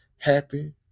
happy